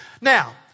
Now